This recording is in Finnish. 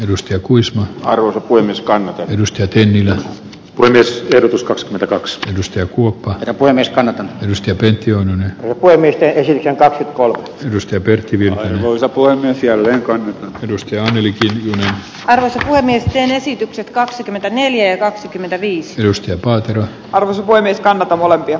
risto kuisma aro kuin niskaan ennusteltiin ja voi myös verotus kakskymmentäkakskytistä kuluttajatoimiston edustaja teki omin voimin esitettäväksi kol rystö pyrkivien ulkopuolelle sijalle rankan edustaja anneli värväsi miesten esitykset kaksikymmentäneljä kaksikymmentäviisi edustaja walter arvonsa voimistaa niitä molempia